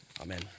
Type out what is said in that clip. Amen